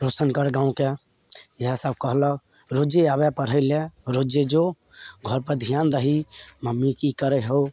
हरिशंकर गाँवके इहए सब कहलक रोजे आबै पढ़ै लए रोजे जो घरपर धिआन दही मम्मी की करै हौ